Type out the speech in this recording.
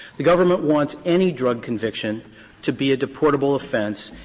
the government wants any drug conviction to be a deportable offense,